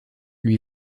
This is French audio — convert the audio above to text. lui